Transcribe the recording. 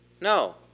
No